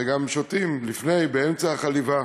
וגם שותים לפני ובאמצע החליבה.